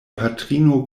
patrino